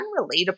unrelatable